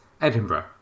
Edinburgh